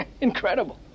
incredible